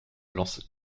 lance